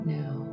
now